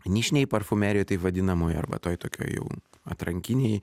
nišinėj parfumerijoj taip vadinamoj arba toj tokioj jau atrankinėj